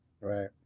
Right